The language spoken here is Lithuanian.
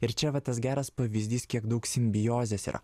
ir čia va tas geras pavyzdys kiek daug simbiozės yra